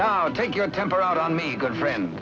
now take your temper out on me girlfriend